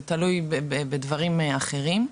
זה תלוי בדברים אחרים,